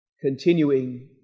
continuing